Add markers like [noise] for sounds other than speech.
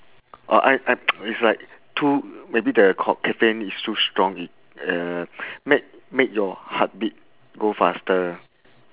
oh I I [noise] it's like too maybe the co~ caffeine is too strong it uh make make your heartbeat go faster